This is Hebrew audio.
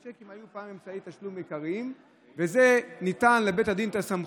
הצ'קים היו פעם אמצעי תשלום עיקרי וזה נתן לבית הדין את הסמכות.